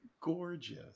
gorgeous